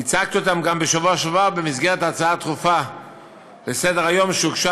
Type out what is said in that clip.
הצגתי גם בשבוע שעבר במסגרת הצעה דחופה לסדר-היום שהוגשה